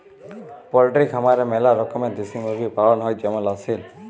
poultry খামারে ম্যালা রকমের দেশি মুরগি পালন হ্যয় যেমল আসিল